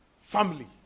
family